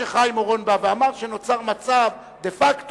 חבר הכנסת חיים אורון בא ואמר שנוצר מצב דה-פקטו,